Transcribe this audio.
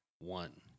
One